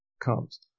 comes